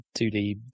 2D